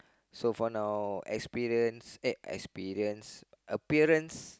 so for now experience uh experience appearance